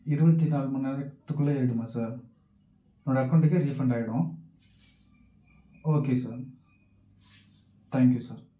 இருபத்தி நாலு மணி நேரத்துக்குள்ள ஏறிடுமா சார் என்னோடய அக்கௌண்டுக்கே ரீஃபண்ட் ஆகிடும் ஓகே சார் தேங்க்யூ சார்